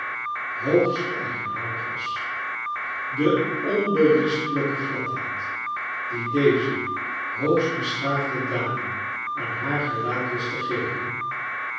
hoogst eigenaardig was de onberispelijke gladheid die deze hoogst beschaafde dame aan haar gelaat wist te geven